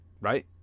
right